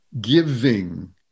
Giving